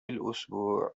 الأسبوع